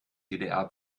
ddr